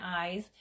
eyes